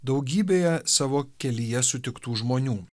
daugybėje savo kelyje sutiktų žmonių